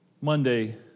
Monday